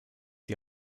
die